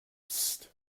psst